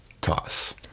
toss